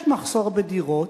יש מחסור בדירות,